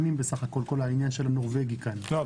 כל העניין של הנורבגי כאן זה בסך הכול 6-5 שנים.